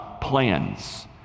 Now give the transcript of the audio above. plans